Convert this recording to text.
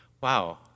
wow